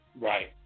Right